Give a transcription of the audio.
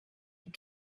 and